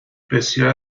بسیاری